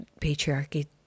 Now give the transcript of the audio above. patriarchy